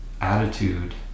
attitude